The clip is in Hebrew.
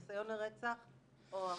ניסיון לרצח או הריגה.